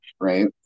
right